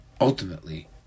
ultimately